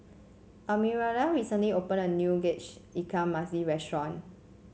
Arminda recently opened a new Tauge Ikan Masin restaurant